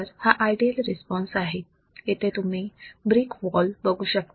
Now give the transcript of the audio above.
तर हा ideal response आहे इथे तुम्ही ब्रिक वॉल बघू शकता